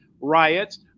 riots